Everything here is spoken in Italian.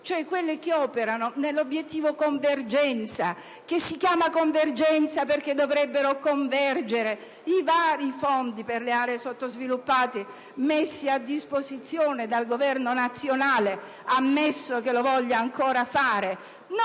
cioè quelle che operano nell'Obiettivo convergenza, che si chiama convergenza perché dovrebbe far convergere i vari fondi per le aree sottosviluppate messi a disposizione dal Governo nazionale, ammesso che lo voglia ancora fare.